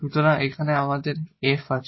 সুতরাং এখানে এটি আমাদের f আছে